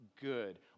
Good